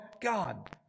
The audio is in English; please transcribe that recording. God